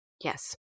Yes